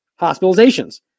Hospitalizations